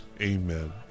Amen